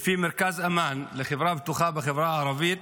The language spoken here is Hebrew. לפי מרכז אמ"ן לחברה בטוחה בחברה הערבית,